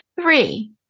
Three